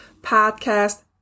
podcast